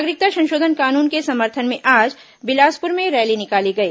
नागरिकता संशोधन कानून के समर्थन में आज बिलासपुर में रैली निकाली गई